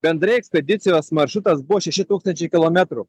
bendrai ekspedicijos maršrutas buvo šeši tūkstančiai kilometrų